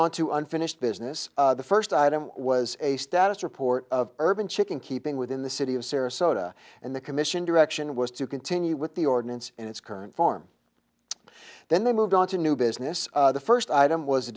on to unfinished business the first item was a status report of urban chicken keeping within the city of sarasota and the commission direction was to continue with the ordinance in its current form then they moved on to new business the first item was a